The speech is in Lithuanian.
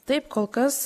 taip kol kas